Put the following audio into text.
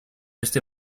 este